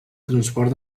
transport